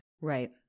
Right